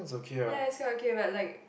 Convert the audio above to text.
ya is quite okay but like